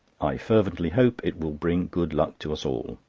i fervently hope it will bring good luck to us all.